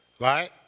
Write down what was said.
Right